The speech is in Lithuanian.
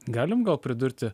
galim gal pridurti